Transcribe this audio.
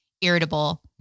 irritable